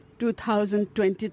2020